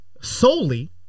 solely